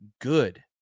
good